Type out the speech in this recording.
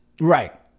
right